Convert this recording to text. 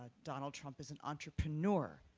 ah donald trump is an entrepreneur,